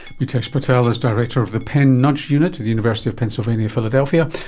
mitesh patel is director of the penn nudge unit at the university of pennsylvania, philadelphia,